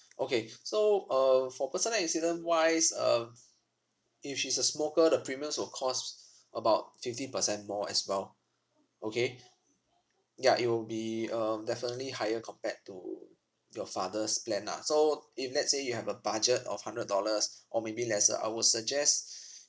okay so um for personal accident wise um if she's a smoker the premiums will cost about fifteen percent more as well okay ya it will be um definitely higher compared to your father's plan lah so if let's say you have a budget of hundred dollars or maybe lesser I would suggest